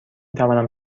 توانم